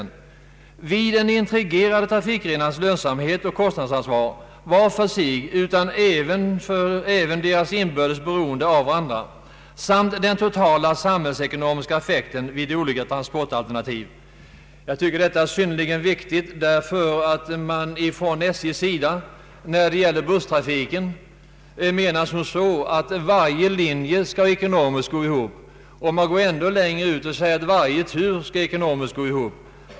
Vid den integrerade trafikplanering som därvid erfordras borde beaktas inte blott de skilda trafikgrenarnas lönsamhet och kostnadsansvar var för sig utan även deras inbördes beroende av varandra samt den totala samhällsekonomiska effekten vid olika transportalternativ.” Detta är enligt min mening synnerligen viktigt därför att SJ när det gäller busstrafiken tydligen anser att varje linje ekonomiskt skall bära sig. Man går t.o.m. ännu längre och säger att varje tur skall gå ihop.